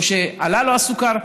או שעלה לו הסוכר,